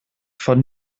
von